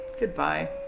Goodbye